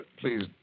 Please